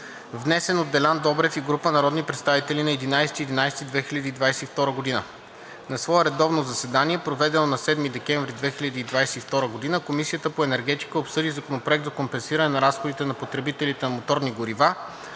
внесен от Делян Добрев и група народни представители на 11 ноември 2022 г. На свое редовно заседание, проведено на 7 декември 2022 г., Комисията по енергетика обсъди Законопроект за компенсиране на разходите на потребителите на моторни горива,